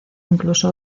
incluso